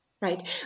Right